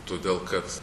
todėl kad